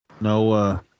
No